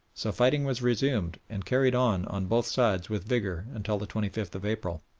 so fighting was resumed, and carried on on both sides with vigour until the twenty fifth of april.